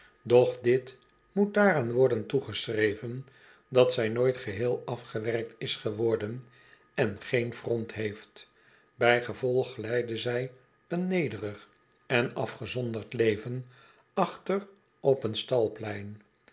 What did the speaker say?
doch dit moet daaraan worden toegeschreven dat zij nooit geheel afgewerkt is geworden en geen front heeft bijgevolg leidde zij een nederig en afgezonderd leven achter op een